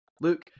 Luke